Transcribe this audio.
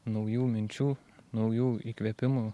naujų minčių naujų įkvėpimų